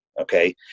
okay